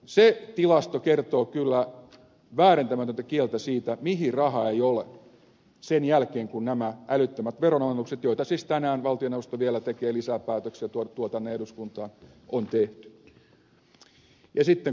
se tilasto kertoo kyllä väärentämätöntä kieltä siitä mihin rahaa ei ole sen jälkeen kun nämä älyttömät veronalennukset joista siis tänään valtioneuvosto vielä tekee lisäpäätöksiä ja jotka se tuo tänne eduskuntaan on tehty